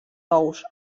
ous